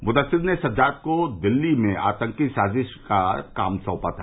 मुदस्सिर ने सज्जाद को दिल्ली में आतंकी साजिश का काम साँपा था